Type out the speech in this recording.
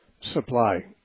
supply